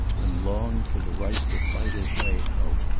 and longed for the right to fight his way out.